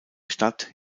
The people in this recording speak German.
stadt